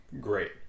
great